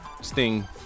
sting